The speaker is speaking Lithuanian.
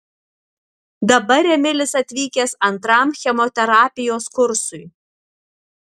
dabar emilis atvykęs antram chemoterapijos kursui